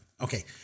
Okay